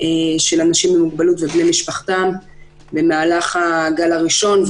של אנשים עם מוגבלות ובני משפחתם במהלך הגל הראשון,